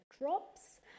drops